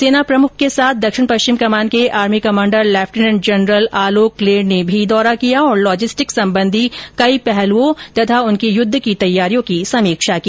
सेना प्रमुख के साथ दक्षिणी पश्चिमी कमान के army commander lieutenant general Alok Kler ने भी दौरा किया और लॉजिस्टिक संबंधी कई पहलुओं और उनकी युद्ध की तैयारी की समीक्षा की